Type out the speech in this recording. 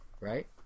right